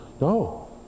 no